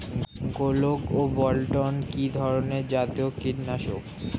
গোলন ও বলটন কি ধরনে জাতীয় কীটনাশক?